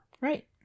Right